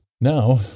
Now